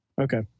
Okay